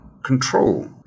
Control